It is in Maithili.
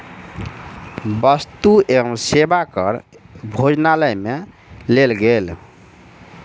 वस्तु एवं सेवा कर भोजनालय में लेल गेल